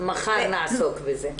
שמחר נעסוק בזה.